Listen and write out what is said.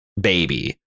baby